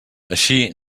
així